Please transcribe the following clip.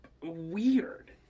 weird